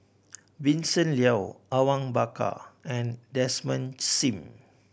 Vincent Leow Awang Bakar and Desmond Sim